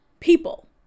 People